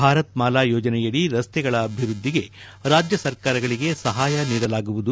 ಭಾರತ್ ಮಾಲಾ ಯೋಜನೆಯದಿ ರಸ್ತೆಗಳ ಅಭಿವೃದ್ದಿಗೆ ರಾಜ್ಯ ಸರ್ಕಾರಗಳಿಗೆ ಸಹಾಯ ನೀಡಲಾಗುವುದು